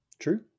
True